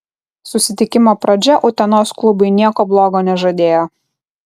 susitikimo pradžia utenos klubui nieko blogo nežadėjo